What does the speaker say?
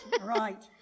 right